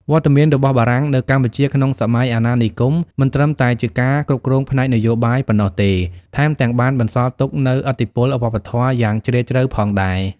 វត្តមានរបស់បារាំងនៅកម្ពុជាក្នុងសម័យអាណានិគម មិនត្រឹមតែជាការគ្រប់គ្រងផ្នែកនយោបាយប៉ុណ្ណោះទេ ថែមទាំងបានបន្សល់ទុកនូវឥទ្ធិពលវប្បធម៌យ៉ាងជ្រាលជ្រៅផងដែរ។